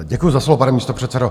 Děkuji za slovo, pane místopředsedo.